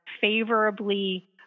favorably